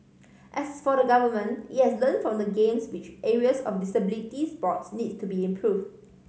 as for the Government it has learnt from the Games which areas of disabilities sports needs to be improve